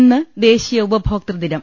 ഇന്ന് ദേശീയ ഉപഭോക്തൃദിനം